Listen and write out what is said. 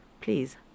please